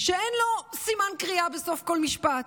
שאין לו סימן קריאה בסוף כל משפט,